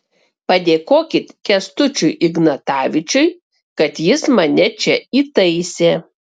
padėkokit kęstučiui ignatavičiui kad jis mane čia įtaisė